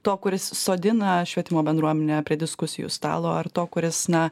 to kuris sodina švietimo bendruomenę prie diskusijų stalo ar to kuris na